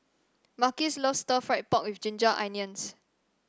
Marquis loves Stir Fried Pork with Ginger Onions